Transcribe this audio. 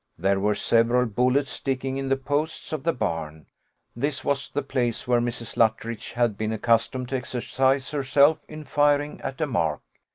there were several bullets sticking in the posts of the barn this was the place where mrs. luttridge had been accustomed to exercise herself in firing at a mark.